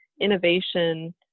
innovation